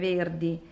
Verdi